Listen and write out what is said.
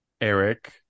Eric